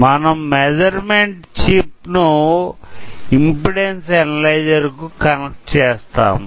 మనం measurement chip ను impedance analyser కు కనెక్ట్ చేస్తాము